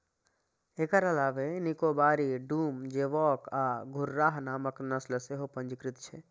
एकर अलावे निकोबारी, डूम, जोवॉक आ घुर्राह नामक नस्ल सेहो पंजीकृत छै